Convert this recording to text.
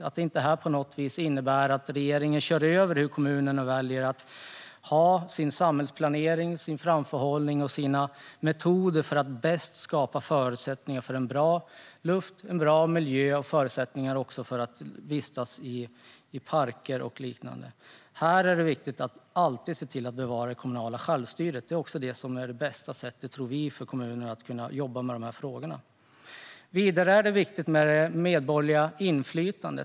Det här får inte innebära att regeringen kör över kommunerna och deras samhällsplanering, framförhållning och metoder för att skapa förutsättningar för en bra luft och miljö. Det gäller också förutsättningar att vistas i parker och liknande. Här är det viktigt att bevara det kommunala självstyret. Vi tror att det är det bästa sättet för kommunerna att kunna jobba med dessa frågor. Vidare är det viktigt med det medborgerliga inflytandet.